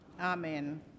amen